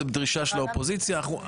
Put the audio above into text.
זאת דרישה של האופוזיציה.